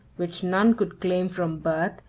which none could claim from birth,